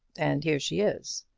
and here she is.